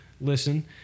listen